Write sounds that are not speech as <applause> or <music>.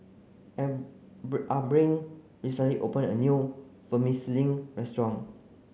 <unintelligible> Abrin recently opened a new Vermicelli restaurant